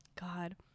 God